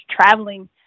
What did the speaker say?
traveling